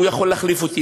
הוא יכול להחליף אותי.